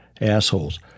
assholes